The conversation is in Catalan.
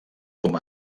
com